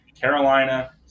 Carolina